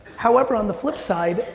however, on the flip side,